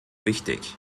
wichtig